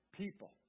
people